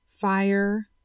fire